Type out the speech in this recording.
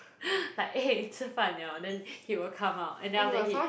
like eh 吃饭了 then he will come out and then after that he